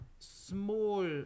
small